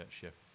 shift